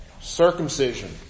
Circumcision